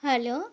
hello